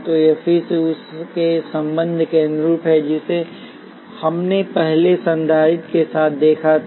तो यह फिर से उस संबंध के अनुरूप है जिसे हमने पहले संधारित्र के साथ देखा था